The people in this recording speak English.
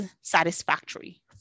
satisfactory